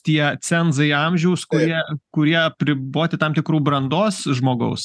tie cenzai amžiaus kurie kurie apriboti tam tikrų brandos žmogaus